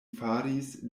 faris